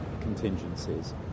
contingencies